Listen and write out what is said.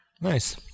nice